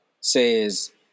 says